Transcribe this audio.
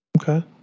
Okay